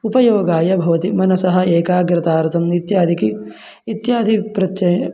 उपयोगाय भवति मनसः एकाग्रतार्थम् इत्यादिकं इत्यादिप्रत्यये